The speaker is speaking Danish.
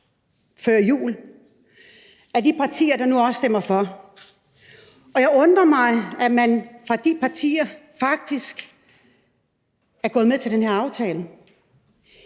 før jul mellem de partier, der nu også stemmer for. Jeg undrer mig over, at man i de partier faktisk er gået med til den her aftale.